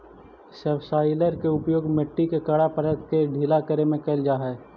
subsoiler के उपयोग मट्टी के कड़ा परत के ढीला करे में कैल जा हई